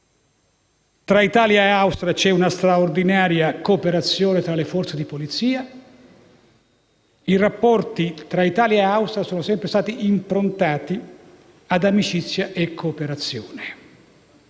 tra Italia e Austria c'è una straordinaria cooperazione tra le forze di polizia; i rapporti tra Italia e Austria sono sempre stati improntati ad amicizia e cooperazione.